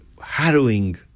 harrowing